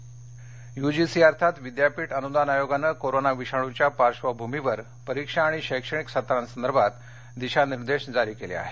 आयोग यूजीसी अर्थात विद्यापीठ अनुदान आयोगानं कोरोना विषाणूच्या पार्श्वभूमीवर परीक्षा आणि शैक्षणिक सत्रांसंदर्भात दिशानिर्देश जारी केले आहेत